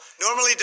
Normally